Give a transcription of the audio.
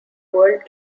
world